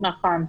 נכון.